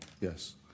Yes